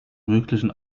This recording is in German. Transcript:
möglichen